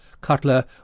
Cutler